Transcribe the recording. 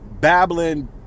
babbling